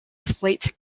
slate